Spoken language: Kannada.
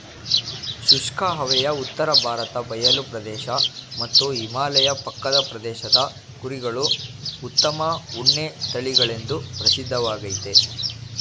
ಶುಷ್ಕ ಹವೆಯ ಉತ್ತರ ಭಾರತ ಬಯಲು ಪ್ರದೇಶ ಮತ್ತು ಹಿಮಾಲಯ ಪಕ್ಕದ ಪ್ರದೇಶದ ಕುರಿಗಳು ಉತ್ತಮ ಉಣ್ಣೆ ತಳಿಗಳೆಂದು ಪ್ರಸಿದ್ಧವಾಗಯ್ತೆ